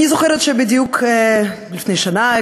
אני זוכרת שבדיוק לפני שנה,